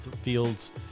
fields